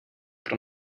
pro